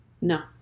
No